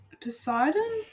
Poseidon